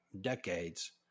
decades